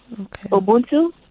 Ubuntu